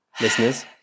listeners